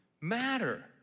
matter